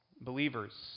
believers